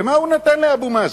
ומה הוא נתן לאבו מאזן?